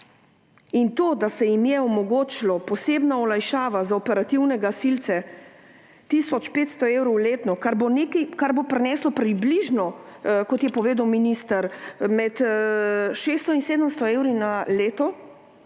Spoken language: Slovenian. To, da se jim je omogočila posebna olajšava za operativne gasilce, tisoč 500 evrov letno, kar bo prineslo približno, kot je povedal minister, med 600 in 700 evrov na leto,